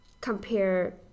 compare